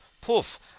poof